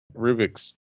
Rubik's